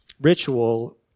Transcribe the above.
ritual